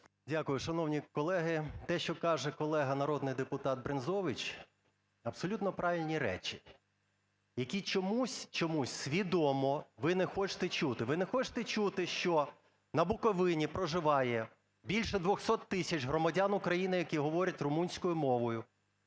Дякую, шановні колеги. Те, що каже колега народний депутатБрензович, абсолютно правильні речі, які чомусь, чомусь свідомо ви не хочете чути. Ви не хочете чути, що на Буковині проживає більше 200 тисяч громадян України, які говорять румунською мовою,